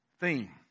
theme